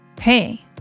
hey